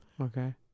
Okay